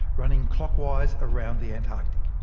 running clockwise around the antarctic.